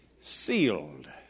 sealed